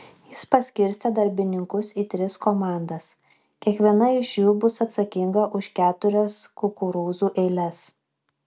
jis paskirstė darbininkus į tris komandas kiekviena iš jų bus atsakinga už keturias kukurūzų eiles